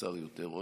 קצר יותר או,